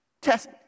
Test